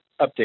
update